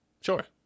Sure